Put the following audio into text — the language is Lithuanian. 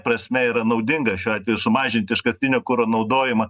prasme yra naudingas šiuo atveju sumažinti iškastinio kuro naudojimą